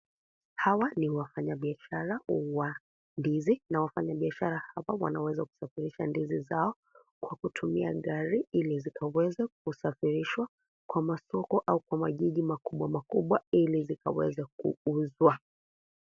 Hawa ni wafanyi biashara wa ndizi na wanabiashara hawa wanaweza kusafirisha ndizi zao kwa kutumia gari ili zikaweza kusafirishwa kwa masoko au majiji makubwa makubwa ili zikaweza kuuzwa.